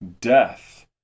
death